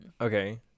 Okay